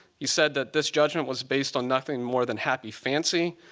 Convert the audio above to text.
he said that this judgment was based on nothing more than happy fancy,